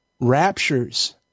raptures